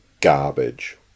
garbage